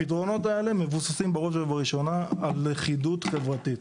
הפתרונות האלה מבוססים בראש ובראשונה על לכידות חברתית.